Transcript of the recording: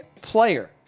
player